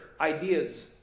ideas